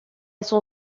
son